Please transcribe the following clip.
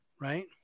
Right